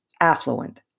affluent